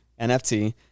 NFT